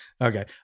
Okay